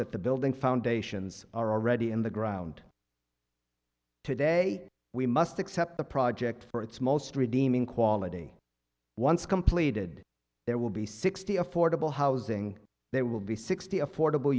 that the building foundations are already in the ground today we must accept the project for its most redeeming quality once completed there will be sixty affordable housing there will be sixty affordable